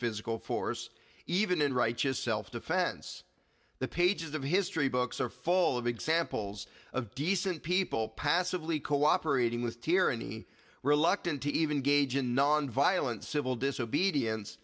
physical force even in righteous self defense the pages of history books are full of examples of decent people passively cooperating with tyranny reluctant to even gauge a nonviolent civil disobedience